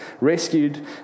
rescued